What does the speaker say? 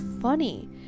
funny